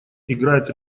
играет